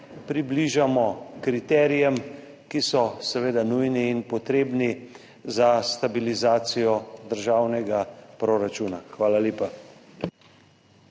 približamo kriterijem, ki so seveda nujni in potrebni za stabilizacijo državnega proračuna. Hvala lepa.